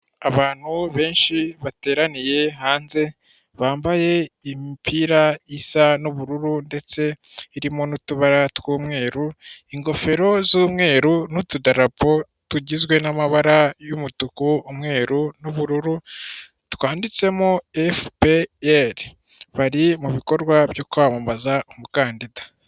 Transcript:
Abantu benshi bateraniye hanze, bambaye imipira isa n'ubururu, ndetse irimo n'utubara tw'umweru, ingofero z'umweru n'utudarapo tugizwe n'amabara y'umutuku umweru n'ubururu, twanditsemo FPR, bari mu bikorwa byo kwamamaza umukandida.